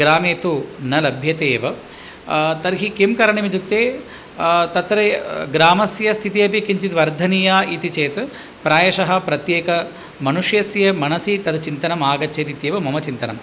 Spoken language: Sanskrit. ग्रामे तु न लभ्यते एव तर्हि किं करणीयम् इत्युक्ते तत्र ग्रामस्य स्थितिः अपि किञ्चित् वर्धनीया इति चेत् प्रायशः प्रत्येकस्य मनुष्यस्य मनसि तद् चिन्तनम् आगच्छतीत्येव मम चिन्तनम्